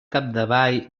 capdavall